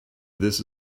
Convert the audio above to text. this